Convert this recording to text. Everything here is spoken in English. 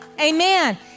amen